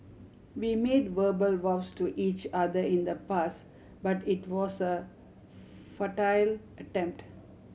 we made verbal vows to each other in the past but it was a futile attempt